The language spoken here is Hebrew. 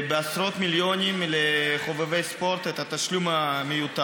לחובבי הספורט בעשרות מיליונים את התשלום המיותר.